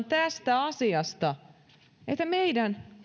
tästä asiasta että meidän